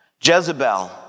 Jezebel